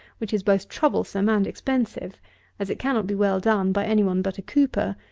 which is both troublesome and expensive as it cannot be well done by any one but a cooper,